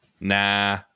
nah